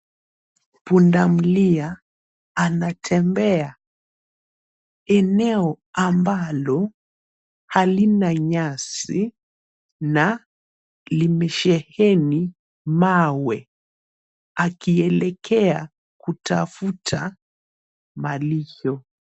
Pundamilia anatembea eneo ambalo halina nyasi, na limesheheni mawe, akielekea kutafuta malisho.